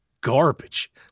garbage